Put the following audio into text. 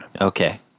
Okay